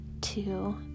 two